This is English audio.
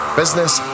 business